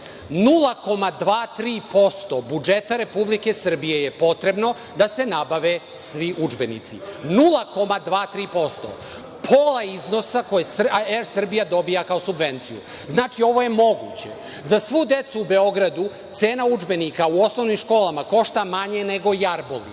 0,3% budžeta Republike Srbije je potrebno da se nabave svi udžbenici. Pola iznosa koje „Er Srbija“ dobija kao subvenciju. Znači, ovo je moguće. Za svu decu u Beogradu cena udžbenika u osnovnim školama košta manje nego jarboli.Za